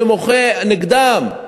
שמוחה נגדם,